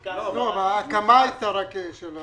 רק ההקמה הייתה של חברה ספרדית.